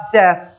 death